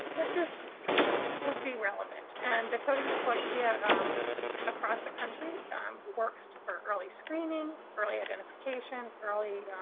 that this would be relevant. and decoding dyslexia across the country works for early screening, early identification, early